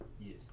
yes